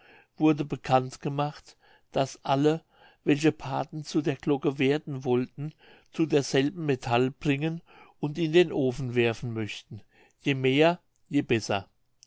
wurde bekannt gemacht daß alle welche pathen zu der glocke werden wollten zu derselben metall bringen und in den ofen werfen möchten je mehr je besser